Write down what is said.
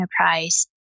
enterprise